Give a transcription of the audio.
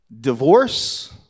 divorce